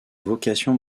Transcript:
vocation